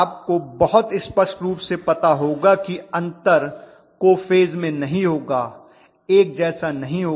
आपको बहुत स्पष्ट रूप से पता होगा कि अंतर को फेज में नहीं होगा एक जैसा नहीं होगा